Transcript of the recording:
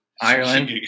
Ireland